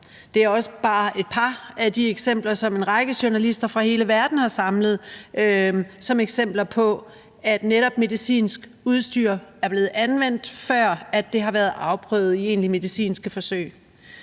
Det er også bare et par af de eksempler, som en række journalister fra hele verden har samlet som eksempler på, at netop medicinsk udstyr er blevet anvendt, før det har været afprøvet i egentlige medicinske forsøg.